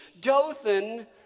Dothan